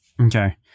Okay